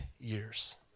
years